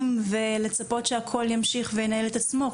ולצפות שהכל ימשיך וינהל את עצמו.